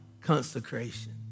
consecration